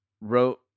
wrote